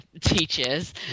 teachers